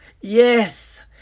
Yes